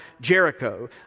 Jericho